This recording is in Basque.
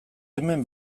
hemen